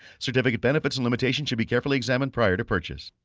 certificate benefits and limitations should be carefully examined prior to purchase.